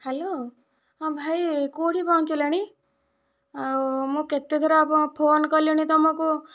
hello ହଁ ଭାଇ କେଉଁଠି ପହଁଞ୍ଚିଲଣି ଆଉ ମୁଁ କେତେ ଥର ଆପଣଙ୍କୁ ଫୋନ କଲିଣି ତୁମକୁ